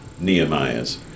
Nehemiahs